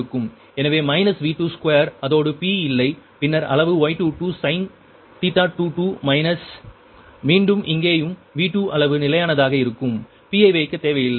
எனவே minus V2 square அதோடு p இல்லை பின்னர் அளவு Y22 sin மைனஸ் மீண்டும் இங்கேயும் V2 அளவு நிலையானதாக இருக்கும் p ஐ வைக்க தேவையில்லை